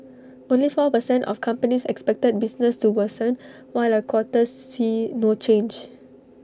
only four per cent of companies expected business to worsen while A quarter see no change